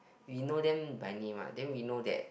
we know them by name lah then we know that